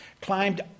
climbed